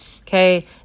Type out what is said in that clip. Okay